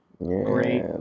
Great